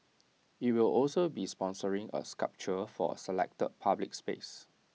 IT will also be sponsoring A sculpture for A selected public space